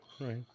right